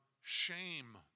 shame